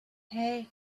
hey